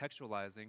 contextualizing